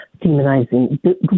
demonizing